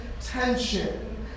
tension